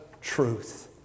truth